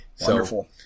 Wonderful